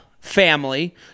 family